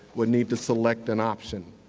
would need to select an option.